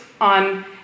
on